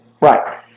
Right